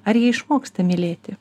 ar jie išmoksta mylėti